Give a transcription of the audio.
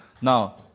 Now